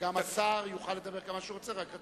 וגם השר יוכל לדבר כמה שהוא רוצה, רק רציתי לדעת.